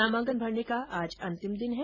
नामांकन भरने का आज अंतिम दिन है